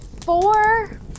four